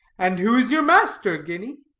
and who is your master, guinea?